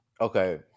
Okay